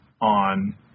On